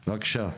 בבקשה.